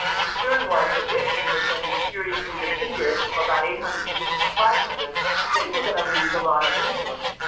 concern was that whitman was going to be seriously depleted from about eight hundred students to five hundred that they were going to lose a lot of resources.